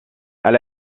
elle